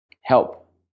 help